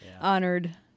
honored